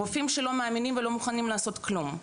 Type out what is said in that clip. רופאים שלא מאמינים ולא מוכנים לעשות כלום.